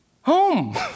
Home